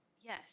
Yes